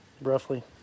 Roughly